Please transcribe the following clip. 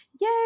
yay